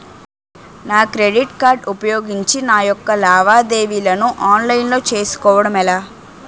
నా credit card ఉపయోగించి నా యెక్క లావాదేవీలను ఆన్లైన్ లో చేసుకోవడం ఎలా?